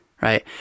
right